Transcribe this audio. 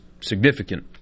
significant